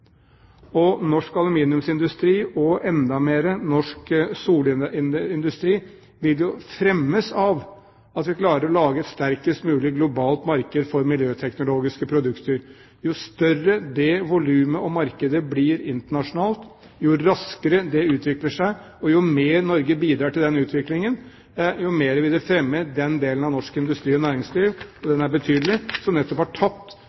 produkt. Norsk aluminiumsindustri og, enda mer, norsk solindustri vil fremmes av at vi klarer å få til et sterkest mulig globalt marked for miljøteknologiske produkter. Jo større det volumet og det markedet blir internasjonalt, jo raskere det utvikler seg, og jo mer Norge bidrar til den utviklingen, jo mer vil det fremme den delen av norsk industri og næringsliv – og den er betydelig – som nettopp har